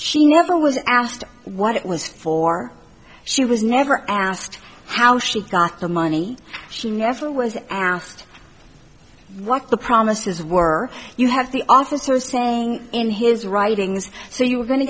she never was asked what it was for she was never asked how she got the money she never was asked what the promises were you have the officer saying in his writings so you're going to